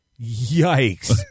Yikes